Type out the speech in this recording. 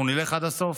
אנחנו נלך עד הסוף,